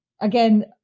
again